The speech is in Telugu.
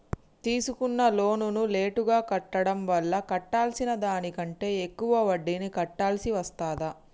తీసుకున్న లోనును లేటుగా కట్టడం వల్ల కట్టాల్సిన దానికంటే ఎక్కువ వడ్డీని కట్టాల్సి వస్తదా?